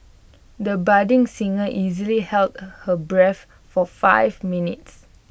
the budding singer easily held her breath for five minutes